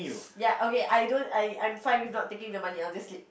ya okay I don't I I'm fine with not taking the money obviously